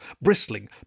bristling